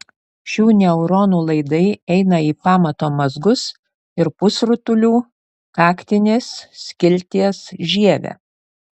šių neuronų laidai eina į pamato mazgus ir pusrutulių kaktinės skilties žievę